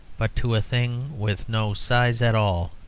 but to a thing with no size at all,